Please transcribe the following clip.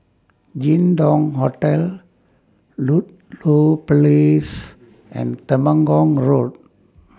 Jin Dong Hotel Ludlow Place and Temenggong Road